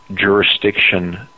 jurisdiction